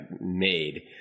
made